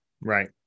Right